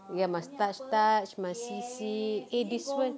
ya must touch touch must see see eh this [one]